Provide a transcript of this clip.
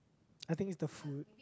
I think it's the food